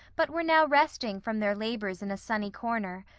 but were now resting from their labors in a sunny corner,